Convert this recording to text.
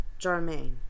Jarmaine